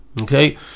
Okay